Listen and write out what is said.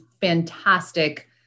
fantastic